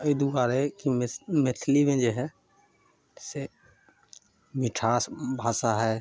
अइ दुआरे की मै मैथिलीमे जे हइ से मिठास भाषा हइ